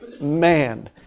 man